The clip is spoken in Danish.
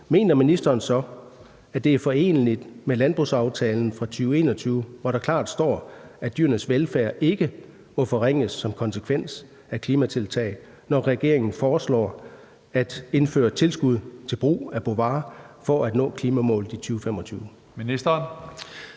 mener ministeren så, at det er foreneligt med landbrugsaftalen fra 2021, hvor der klart står, at dyrenes velfærd ikke må forringes som konsekvens af klimatiltag, når regeringen foreslår at indføre tilskud til brug af Bovaer for at nå klimamålet i 2025?